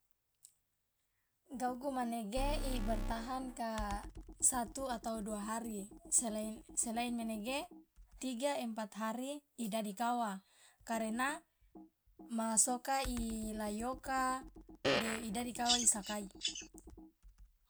gauku manege ibertahan ka satu atau dua hari selain selain menege tiga empat hari idadi kawa karena ma soka ilayoka de idadi kauwa isakai.